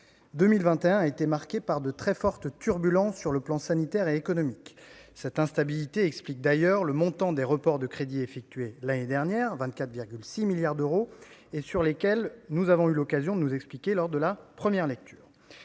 encore été marquée par de très fortes turbulences sur les plans sanitaire et économique. Cette instabilité explique d'ailleurs le montant des reports de crédits effectués l'année dernière, soit 24,6 milliards d'euros, sur lesquels nous avons eu l'occasion de nous expliquer lors de la première lecture.